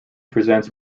presents